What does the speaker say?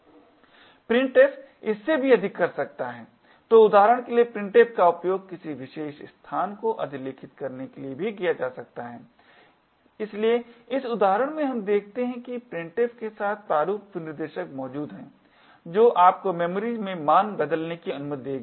Printf इससे भी अधिक कर सकता है तो उदाहरण के लिए printf का उपयोग किसी विशेष स्थान को अधिलेखित करने के लिए भी किया जा सकता है इसलिए इस उदाहरण में हम देखते हैं कि printf के साथ प्रारूप विनिर्देशक मौजूद हैं जो आपको मेमोरी में मान बदलने की अनुमति देगा